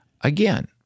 Again